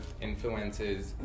influences